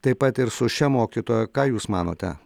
taip pat ir su šia mokytoja ką jūs manote